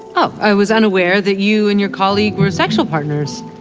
up was unaware that you and your colleague were sexual partners.